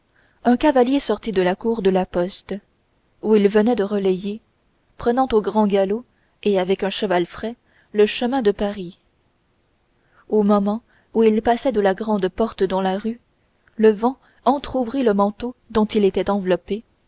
un cavalier sortit de la cour de la poste où il venait de relayer prenant au grand galop et avec un cheval frais le chemin de paris au moment où il passait de la grande porte dans la rue le vent entrouvrit le manteau dont il était enveloppé